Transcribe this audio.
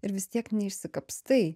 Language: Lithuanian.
ir vis tiek neišsikapstai